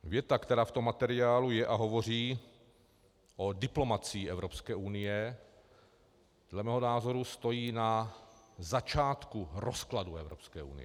Věta, která v tom materiálu je a hovoří o diplomacii Evropské unie, dle mého názoru stojí na začátku rozkladu Evropské unie.